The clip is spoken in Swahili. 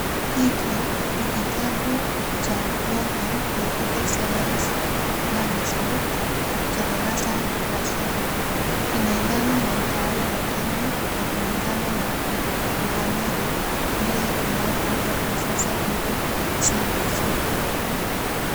Hiki ni kitabu cha longhorn computer science learner's book cha darasa la saba, kinaendana na mtaala wa Kenya wa kulingana na uhamiri ndio inayoitwa kwa sasa hivi ,CBC .